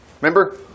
Remember